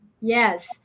Yes